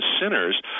sinners